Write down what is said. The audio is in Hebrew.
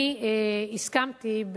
אני הסכמתי,